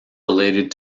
related